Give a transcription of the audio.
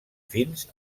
fins